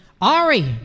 Ari